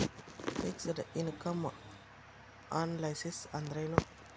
Fixed income analysis ಅಂದ್ರೆನು?